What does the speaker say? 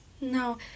No